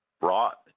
brought